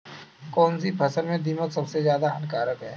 कौनसी फसल में दीमक सबसे ज्यादा हानिकारक है?